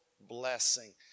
blessing